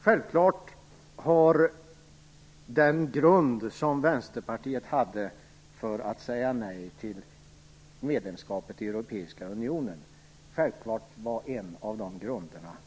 Självfallet var en av orsakerna till att Vänsterpartiet sade nej till ett medlemskap i den europeiska unionen de säkerhetspolitiska konsekvenserna.